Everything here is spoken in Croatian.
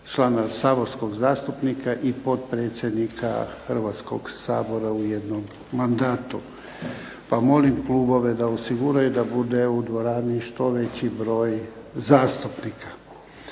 člana saborskog zastupnika i potpredsjednika Hrvatskog sabora u jednom mandatu, pa molim klubove da osiguraju da bude u dvorani što veći broj zastupnika.